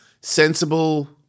sensible